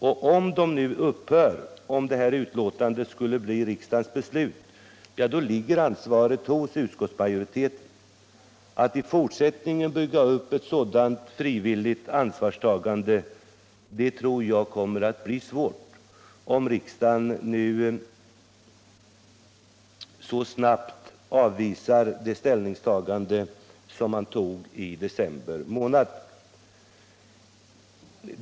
Om riksdagen fattar beslut i enlighet med utskottsmajoritetens förslag och de frivilliga virkesråden upphör ligger ansvaret härför hos utskottsmajoriteten. Att i fortsättningen bygga upp ett sådant frivilligt ansvarstagande tror jag kommer att bli svårt, om riksdagen nu så snabbt frångår det ställningstagande som man gjorde i december månad.